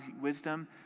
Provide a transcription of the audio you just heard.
wisdom